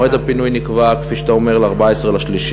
מועד הפינוי נקבע, כפי שאתה אומר, ל-14 במרס.